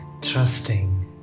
trusting